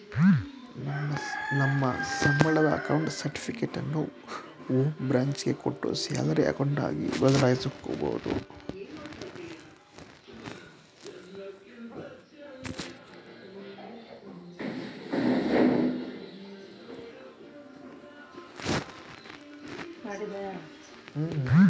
ನಮ್ಮ ಸಂಬಳದ ಅಕೌಂಟ್ ಸರ್ಟಿಫಿಕೇಟನ್ನು ಹೋಂ ಬ್ರಾಂಚ್ ಗೆ ಕೊಟ್ಟು ಸ್ಯಾಲರಿ ಅಕೌಂಟ್ ಆಗಿ ಬದಲಾಯಿಸಿಕೊಬೋದು